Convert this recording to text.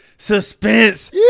Suspense